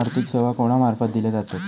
आर्थिक सेवा कोणा मार्फत दिले जातत?